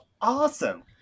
awesome